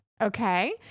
okay